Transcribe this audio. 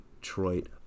Detroit